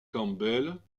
campbell